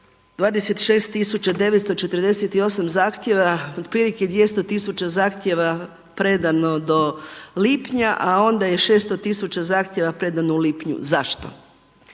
948 zahtjeva otprilike 200 tisuća zahtjeva predano do lipnja a onda je 600 tisuća zahtjeva predano u lipnju. Zašto?